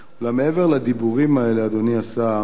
אך מעבר לדיבורים הללו, אדוני השר,